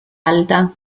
alta